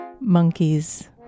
Monkeys